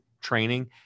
training